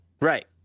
Right